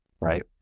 Right